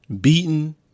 beaten